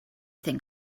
think